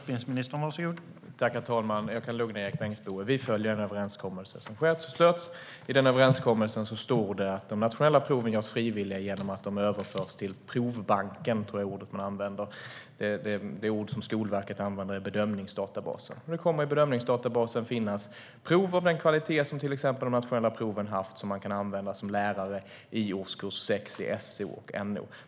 Herr talman! Jag kan lugna Erik Bengtzboe. Vi följer den överenskommelse som har slutits. I denna överenskommelse står det att de nationella proven görs frivilliga genom att de överförs till provbanken, som jag tror är det ord som används. Det ord som Skolverket använder är bedömningsdatabas. Det kommer i bedömningsdatabasen att finnas prov av den kvalitet som till exempel de nationella proven har haft och som man som lärare kan använda i årskurs 6 i SO och NO.